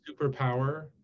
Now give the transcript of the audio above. superpower